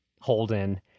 Holden